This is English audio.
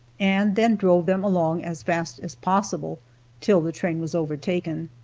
and then drove them along as fast as possible till the train was overtaken.